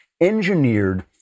engineered